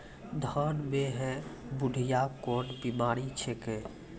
धान म है बुढ़िया कोन बिमारी छेकै?